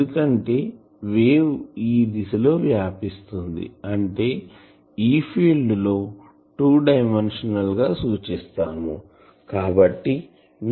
ఎందుకంటే వేవ్ ఈ దిశ లో వ్యాపిస్తుంది అంటే E ఫీల్డ్ లో 2 డైమెన్షనల్ గా సూచిస్తాము